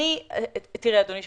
אדוני היושב-ראש,